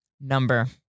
Number